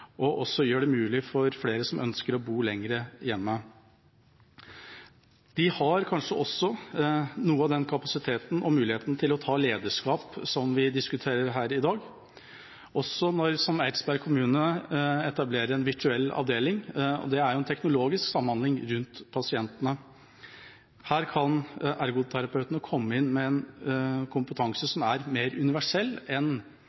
og gjøre det mulig for flere som ønsker det, å bo lenger hjemme. De har kanskje også noe kapasitet og mulighet til å ta lederskap, som vi diskuterer her i dag. Eidsberg kommune, f.eks., etablerer en virtuell avdeling der det er teknologisk samhandling rundt pasientene. Her kan ergoterapeutene komme inn med en kompetanse som er mer universell enn